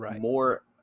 More